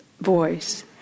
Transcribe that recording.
voice